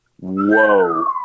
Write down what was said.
Whoa